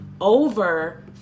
over